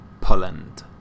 Poland